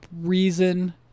reason